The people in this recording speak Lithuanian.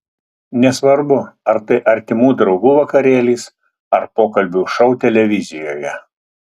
nesvarbu ar tai artimų draugų vakarėlis ar pokalbių šou televizijoje